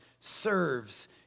serves